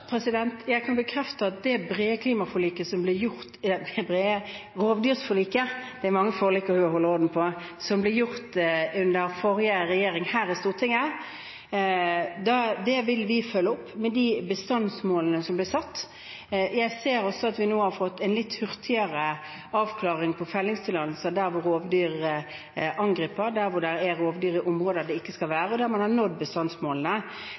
Jeg kan bekrefte at det brede rovdyrforliket som ble inngått under forrige regjering her i Stortinget, vil vi følge opp med de bestandsmålene som ble satt. Jeg ser også at vi nå har fått en litt hurtigere avklaring på fellingstillatelser der rovdyr angriper, i områder der de ikke skal være, og der man har nådd bestandsmålene.